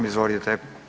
Izvolite.